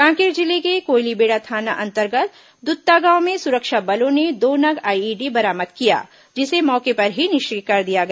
कांकेर जिले के कोयलीबेड़ा थाना अंतर्गत दुत्ता गांव में सुरक्षा बलों ने दो नग आईईडी बरामद किया जिसे मौके पर ही निष्क्रिय कर दिया गया